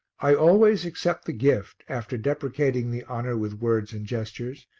i always accept the gift, after deprecating the honour with words and gestures,